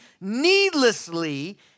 needlessly